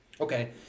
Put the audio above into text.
Okay